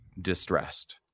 distressed